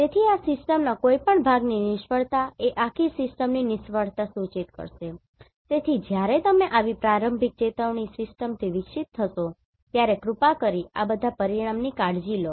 તેથી આ સિસ્ટમના કોઈપણ ભાગની નિષ્ફળતા એ આખી સિસ્ટમની નિષ્ફળતા સૂચિત કરશે તેથી જ્યારે તમે આવી પ્રારંભિક ચેતવણી સિસ્ટમથી વિકસિત થશો ત્યારે કૃપા કરીને આ બધા પરિમાણોની કાળજી લો